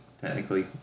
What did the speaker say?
technically